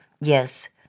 Yes